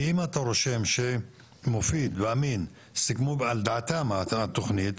כי אם אתה רושם שמופיד ואמין סיכמו על דעתם את התכנית,